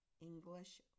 English